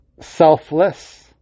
selfless